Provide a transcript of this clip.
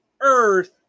Earth